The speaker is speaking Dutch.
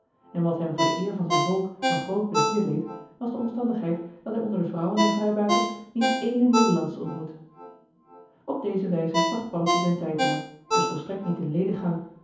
en wat hem voor de eer van zijn volk een groot plezier deed was de omstandigheid dat hij onder de vrouwen der vrijbuiters niet ééne nederlandsche ontmoette op deze wijze bracht paddeltje zijn tijd door dus volstrekt niet in lediggang